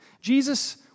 Jesus